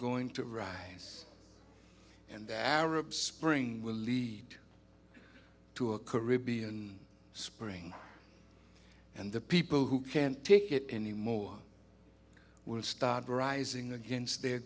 going to rise and the arab spring will lead to a caribbean spring and the people who can't take it anymore will start rising against their